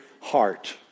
heart